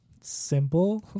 simple